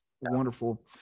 wonderful